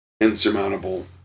insurmountable